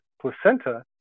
placenta